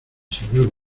señor